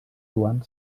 joan